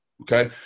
okay